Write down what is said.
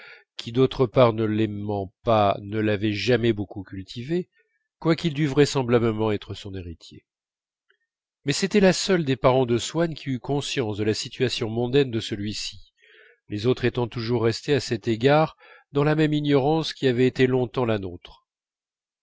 qui d'autre part ne l'aimant pas ne l'avait jamais beaucoup cultivée quoiqu'il dût vraisemblablement être son héritier mais c'était la seule des parentes de swann qui eût conscience de la situation mondaine de celui-ci les autres étant toujours restées à cet égard dans la même ignorance qui avait été longtemps la nôtre